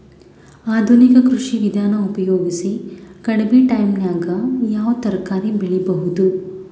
ಆಧುನಿಕ ಕೃಷಿ ವಿಧಾನ ಉಪಯೋಗಿಸಿ ಕಡಿಮ ಟೈಮನಾಗ ಯಾವ ತರಕಾರಿ ಬೆಳಿಬಹುದು?